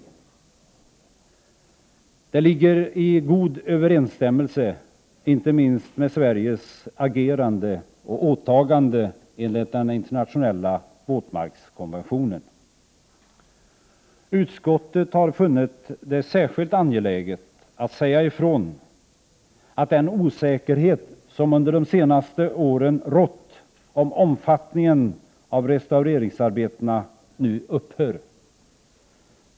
Detta är i god överensstämmelse med inte minst Sveriges agerande och åtagande enligt den internationella våtmarkskonventionen. Utskottet har funnit det särskilt angeläget att säga ifrån att den osäkerhet som under de senaste åren rått om omfattningen av restaureringsarbetena nu kommer att upphöra.